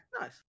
nice